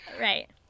right